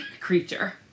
creature